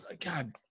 god